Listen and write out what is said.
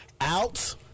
out